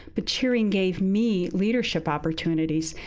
but cheering gave me leadership opportunities,